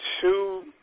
two